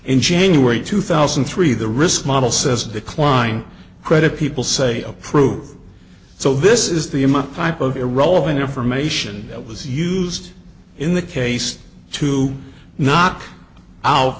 in january two thousand and three the risk model says a decline credit people say approved so this is the image pipe of irrelevant information that was used in the case to knock out